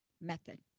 method